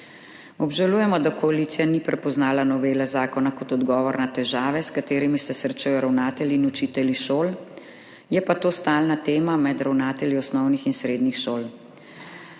Obžalujemo, da koalicija ni prepoznala novele zakona kot odgovor na težave, s katerimi se srečujejo ravnatelji in učitelji šol, je pa to stalna tema med ravnatelji osnovnih in srednjih šol.